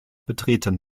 betreten